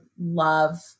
love